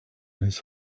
his